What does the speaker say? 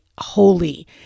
holy